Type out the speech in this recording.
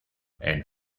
and